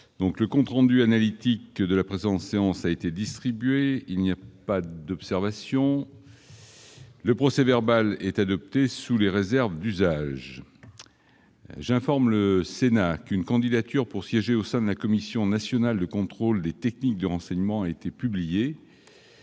Le compte rendu analytique de la précédente séance a été distribué. Il n'y a pas d'observation ?... Le procès-verbal est adopté sous les réserves d'usage. J'informe le Sénat qu'une candidature pour siéger au sein de la Commission nationale de contrôle des techniques de renseignement a été publiée.